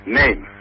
name